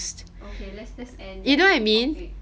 okay let's just end that topic